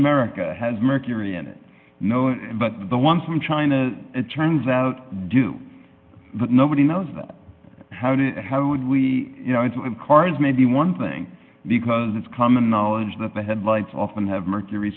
america has mercury in it no but the ones from china it turns out do that nobody knows how did it how would we you know it's cars may be one thing because it's common knowledge that the headlights often have mercury